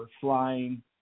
flying